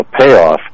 payoff